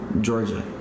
Georgia